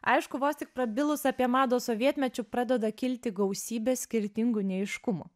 aišku vos tik prabilus apie madą sovietmečiu pradeda kilti gausybė skirtingų neaiškumų